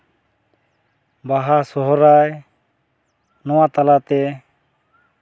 ᱵᱟᱦᱟᱼᱥᱚᱦᱨᱟᱭ ᱱᱚᱣᱟ ᱛᱟᱞᱟᱛᱮ